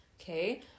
okay